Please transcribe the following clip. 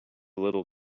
little